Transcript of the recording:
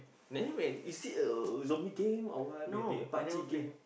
a zombie game or what maybe a Pub G game